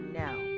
now